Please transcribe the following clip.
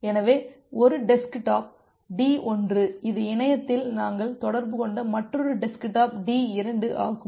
எனவே ஒரு desktop D1 இது இணையத்தில் நாங்கள் தொடர்பு கொண்ட மற்றொரு டெஸ்க்டாப் D2 ஆகும்